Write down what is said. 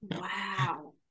wow